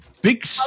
Big